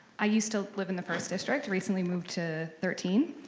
i used to live in the first district, recently moved to thirteen